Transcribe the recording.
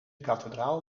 kathedraal